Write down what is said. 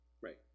Right